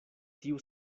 tiu